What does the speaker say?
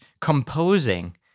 composing